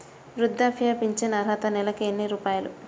వృద్ధాప్య ఫింఛను అర్హత నెలకి ఎన్ని రూపాయలు?